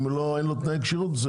אם אין לו תנאי כשירות.